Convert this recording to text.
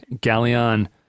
Galleon